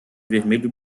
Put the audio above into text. vermelho